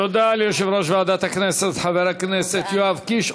תודה ליושב-ראש ועדת הכנסת יואב קיש.